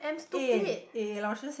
eh eh 老师 say